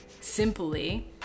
simply